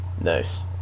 Nice